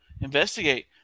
investigate